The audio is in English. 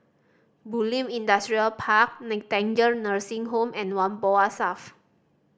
Bulim Industrial Park Nightingale Nursing Home and Whampoa South